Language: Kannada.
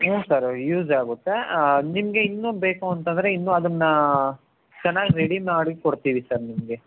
ಹ್ಞೂ ಸರ್ ಯೂಸ್ ಆಗುತ್ತೆ ನಿಮಗೆ ಇನ್ನು ಬೇಕು ಅಂತಂದರೆ ಇನ್ನುಅದನ್ನು ಚೆನ್ನಾಗಿ ರೆಡಿ ಮಾಡಿ ಕೊಡ್ತೀವಿ ಸರ್ ನಿಮಗೆ